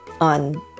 On